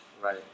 Right